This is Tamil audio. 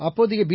அப்போதைய பி